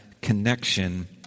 connection